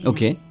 Okay